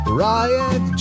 riot